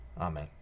Amen